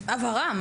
רק הבהרה.